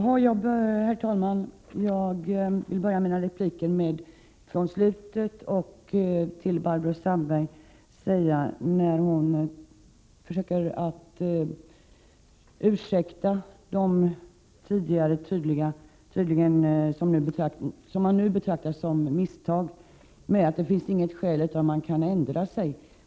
Herr talman! Jag vill börja med att vända mig till Barbro Sandberg, som försöker ursäkta folkpartiets tidigare misstag —- som man nu tydligen betraktar det som — med att det inte är något skäl att inte ändra sig.